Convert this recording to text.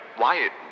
Wyatt